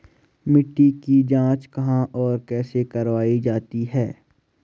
मिट्टी की जाँच कहाँ और कैसे करवायी जाती है?